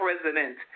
president